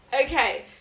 Okay